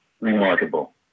remarkable